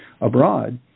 abroad